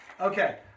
Okay